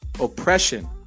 oppression